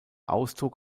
ausdruck